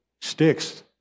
sticks